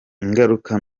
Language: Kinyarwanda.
ingaruka